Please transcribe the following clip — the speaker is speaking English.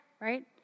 right